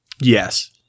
Yes